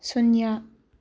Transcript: ꯁꯨꯟꯌꯥ